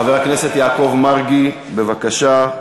חבר הכנסת יעקב מרגי, בבקשה.